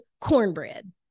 cornbread